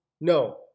No